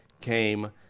came